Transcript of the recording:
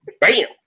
bam